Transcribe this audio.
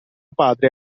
padre